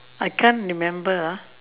I can't remember ah